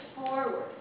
forward